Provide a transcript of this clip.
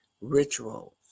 rituals